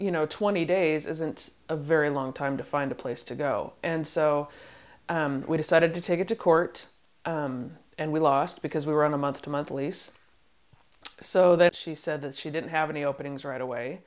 you know twenty days isn't a very long time to find a place to go and so we decided to take it to court and we lost because we were on a month to month lease so that she said that she didn't have any openings right away